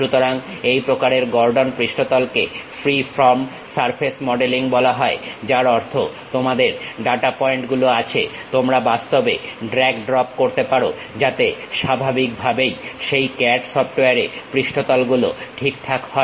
সুতরাং এই প্রকারের গর্ডন পৃষ্ঠতলকে ফ্রী ফর্ম সারফেস মডেলিং বলা হয় যার অর্থ তোমাদের ডাটা পয়েন্ট গুলো আছে তোমরা বাস্তবে ড্রাগ ড্রপ করতে পারো যাতে স্বাভাবিকভাবেই সেই ক্যাড সফটওয়্যারে পৃষ্ঠতল গুলো ঠিকঠাক হয়